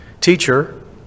Teacher